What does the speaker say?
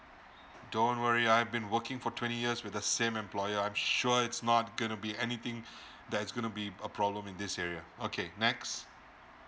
don't worry I've been working for twenty years with the same employer I'm sure it's not gonna be anything that is gonna be a problem in this area okay next